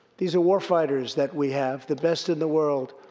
these are warfighters that we have, the best in the world,